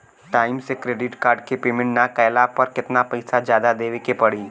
Time से credit card के payment ना कैला पर केतना पईसा जादे देवे के पड़ी?